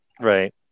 Right